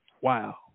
Wow